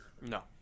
No